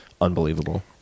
unbelievable